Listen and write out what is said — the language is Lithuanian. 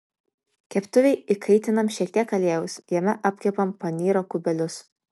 keptuvėj įkaitinam šiek tiek aliejaus jame apkepam panyro kubelius